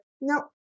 no